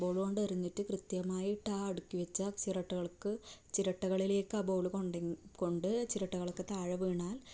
ബോളുകൊണ്ട് എറിഞ്ഞിട്ട് കൃത്യമായിട്ട് ആ അടുക്കിവെച്ച ചിരട്ടകൾക്ക് ചിരട്ടകളിലേക്ക് ആ ബോളുകൊണ്ട് കൊണ്ട് ചിരട്ടകൾ ഒക്കെ താഴെ വീണാൽ